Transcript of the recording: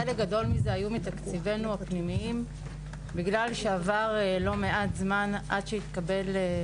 חלק גדול מזה היה מתקציבינו הפנימיים בגלל שעבר לא מעט זמן עד שהתקבל.